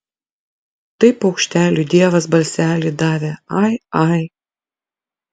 tai paukšteliui dievas balselį davė ai ai